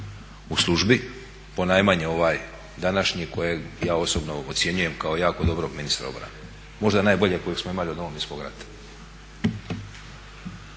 u službi, ponajmanje ovaj današnji kojeg ja osobno ocjenjujem kao jako dobrog ministra obrane. Možda najboljeg kojeg smo imali od Domovinskog rata.